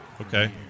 Okay